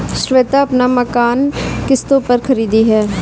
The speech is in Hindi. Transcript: श्वेता अपना मकान किश्तों पर खरीदी है